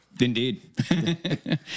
Indeed